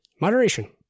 Moderation